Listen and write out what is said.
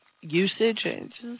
usage